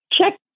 Check